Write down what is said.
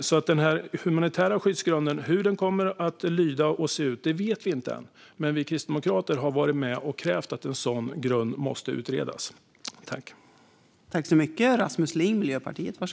Hur den humanitära skyddsgrunden kommer att se ut vet vi inte än, men vi kristdemokrater har varit med och krävt att en sådan grund ska utredas.